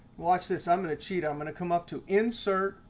watch this. i'm going to cheat. i'm going to come up to insert,